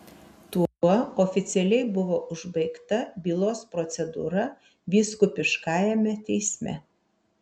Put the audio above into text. tuo oficialiai buvo užbaigta bylos procedūra vyskupiškajame teisme